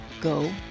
go